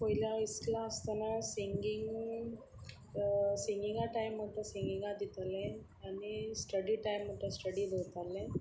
पयलीं हांव इस्कुला आसतना सिंगिंग सिंगिंगा टायम म्हणटा सिंगिंगा दितालें आनी स्टडी टायम म्हणटा तो स्टडी दवरतालें